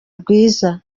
rwiza